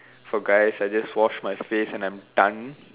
for guys I just wash my face and I'm done